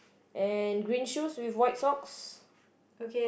and green shoes with white socks